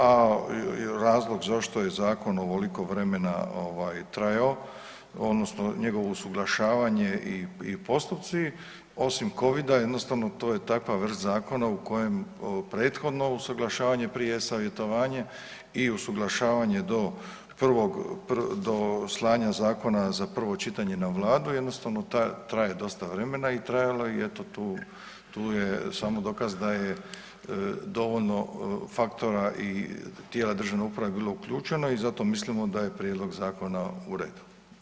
A razlog zašto je zakon ovoliko vremena ovaj trajao odnosno njegovo usuglašavanje i postupci osim covida jednostavno to je takva vrst zakona u kojem prethodno usuglašavanje, prije savjetovanje i usuglašavanje do prvog, do slanja zakona za prvo čitanje na vladu jednostavno traje dosta vremena i trajalo je i eto tu, tu je samo dokaz da je dovoljno faktora i tijela državne uprave bilo uključeno i zato mislimo da je prijedlog zakona u redu.